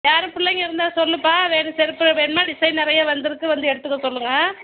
யாரும் பிள்ளைங்க இருந்தால் சொல்லுப்பா வேற செருப்பு வேணும்னா டிசைன் நிறைய வந்துருக்குது வந்து எடுத்துக்க சொல்லுங்கள் ஆ